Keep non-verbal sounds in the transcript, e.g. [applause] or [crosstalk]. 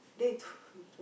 then he [breath]